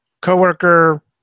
coworker